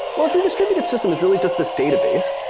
well, if your distributed system is really just this database,